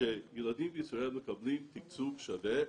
שילדים בישראל מקבלים תקצוב שווה,